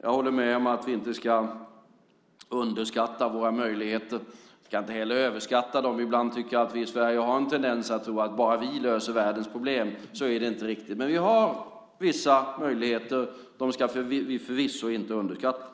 Jag håller med om att vi inte ska underskatta våra möjligheter. Vi ska inte heller överskatta dem. Ibland tycker jag att vi i Sverige har en tendens att tro att bara vi löser världens problem. Så är det inte riktigt. Men vi har vissa möjligheter. Dem ska vi förvisso inte underskatta.